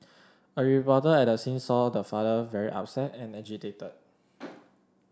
a reporter at the scene saw the father very upset and agitated